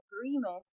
agreement